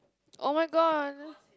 oh-my-god